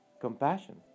compassion